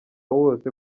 wose